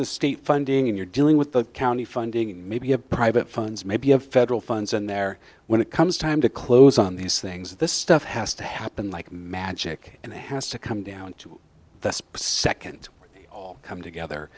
the state funding and you're dealing with the county funding maybe a private funds maybe of federal funds and there when it comes time to close on these things this stuff has to happen like magic and the has to come down to the specific and all come together